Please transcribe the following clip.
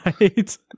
Right